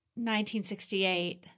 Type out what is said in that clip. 1968